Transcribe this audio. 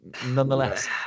nonetheless